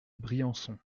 briançon